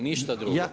Ništa drugo.